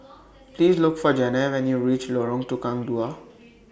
Please Look For Janay when YOU REACH Lorong Tukang Dua